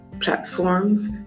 platforms